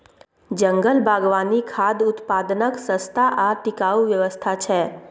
जंगल बागवानी खाद्य उत्पादनक सस्ता आ टिकाऊ व्यवस्था छै